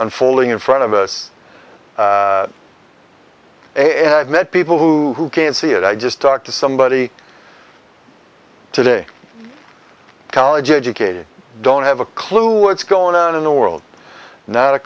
unfolding in front of us and i've met people who can't see it i just talked to somebody today college educated don't have a clue what's going on in the world not a